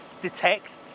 detect